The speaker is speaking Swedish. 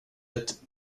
ett